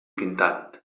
pintant